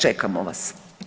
Čekamo vas.